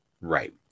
Right